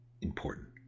Important